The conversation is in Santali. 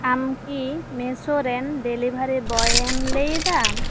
ᱟᱢ ᱠᱤ ᱢᱮᱥᱚ ᱨᱮᱱ ᱰᱮᱞᱤᱵᱷᱟᱹᱨᱤ ᱵᱚᱭ ᱮᱢ ᱞᱟᱹᱭ ᱮᱫᱟᱢ